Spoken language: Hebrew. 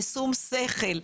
בשום שכל.